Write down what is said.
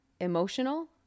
emotional